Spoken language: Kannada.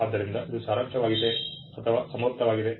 ಆದ್ದರಿಂದ ಇದು ಸಾರಾಂಶವಾಗಿದೆ ಅಥವಾ ಅಮೂರ್ತವಾಗಿದೆ